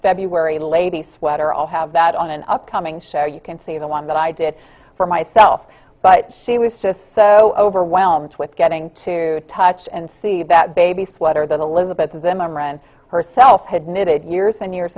february lady sweater all have that on an upcoming show you can see the one that i did for myself but she was just so overwhelmed with getting to touch and see that baby sweater the little bits of them imran herself had knitted years and years